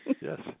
yes